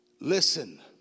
Listen